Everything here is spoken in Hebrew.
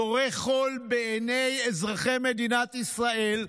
זורה חול בעיני אזרחי מדינת ישראל,